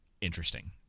interesting